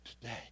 today